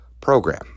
program